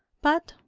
but,